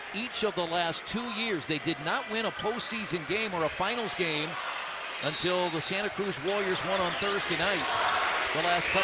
each of the last two years, they did not win a postseason game or a finals game until the santa cruz warriors won on thursday night the last